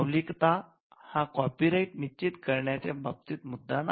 मौलिकता हा कॉपीराईट निश्चित करण्याच्या बाबतीत मुद्दा नाही